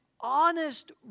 honest